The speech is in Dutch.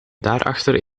daarachter